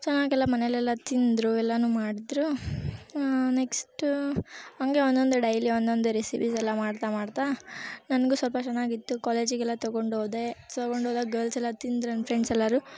ಚೆನ್ನಾಗೆಲ್ಲ ಮನೆಯಲ್ಲೆಲ್ಲ ತಿಂದರು ಎಲ್ಲವೂ ಮಾಡಿದ್ರು ನೆಕ್ಸ್ಟು ಹಂಗೆ ಒಂದೊಂದೆ ಡೈಲಿ ಒಂದೊಂದೆ ರೆಸಿಪೀಸೆಲ್ಲ ಮಾಡ್ತಾ ಮಾಡ್ತಾ ನನ್ಗೂ ಸ್ವಲ್ಪ ಚೆನ್ನಾಗಿತ್ತು ಕಾಲೇಜಿಗೆಲ್ಲ ತೊಗೊಂಡೋದೆ ತೊಗೊಂಡೋದಾಗ್ ಗರ್ಲ್ಸೆಲ್ಲ ತಿಂದ್ರು ನನ್ನ ಫ್ರೆಂಡ್ಸ್ ಎಲ್ಲರೂ